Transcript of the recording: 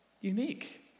unique